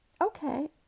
okay